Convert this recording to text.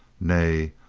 nay,